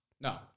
No